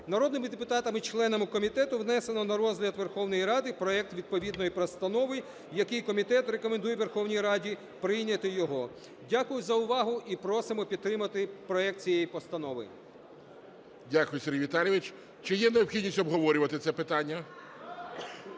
Народними депутатами членами комітету внесено на розгляд Верховної Ради проект відповідної постанови, який комітет рекомендує Верховній Раді прийняти його. Дякую за увагу і просимо підтримати проект цієї постанови. ГОЛОВУЮЧИЙ. Дякую, Сергій Віталійович. Чи є необхідність обговорювати це питання?